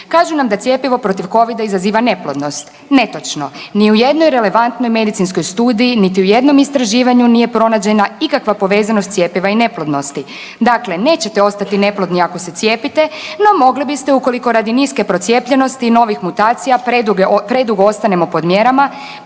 Kažu nam da cjepivo protiv covida izaziva neplodnost. Netočno, ni u jednoj relevantnoj medicinskoj studiji niti u jednom istraživanju nije pronađena ikakva povezanost cjepiva i neplodnosti. Dakle, nećete ostati neplodni ako se cijepiti, no mogli biste ukoliko radi niske procijepljenosti i novih mutacija predugo ostanemo pod mjerama